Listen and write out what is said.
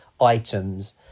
items